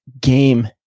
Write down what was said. game